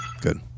Good